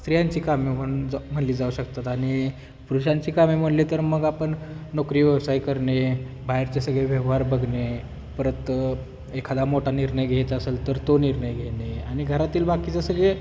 स्त्रियांची कामे म्हणलं जा म्हटली जाऊ शकतात आणि पुरुषांची कामे म्हटली तर मग आपण नोकरी व्यवसाय करणे बाहेरचे सगळे व्यवहार बघणे परत एखादा मोठा निर्णय घ्यायचा असेल तर तो निर्णय घेणे आणि घरातील बाकीचं सगळे